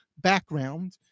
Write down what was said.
background